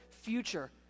future